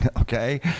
okay